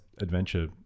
adventure